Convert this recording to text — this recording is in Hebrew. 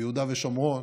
ביהודה ושומרון,